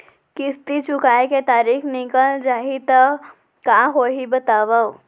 किस्ती चुकोय के तारीक निकल जाही त का होही बताव?